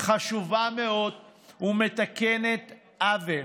חשובה מאוד ומתקנת עוול.